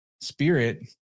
spirit